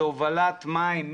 הוא הובלת מים,